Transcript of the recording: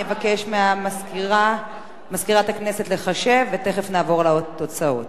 אני אבקש ממזכירת הכנסת לחשב ותיכף נעבור לתוצאות.